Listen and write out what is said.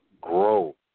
grow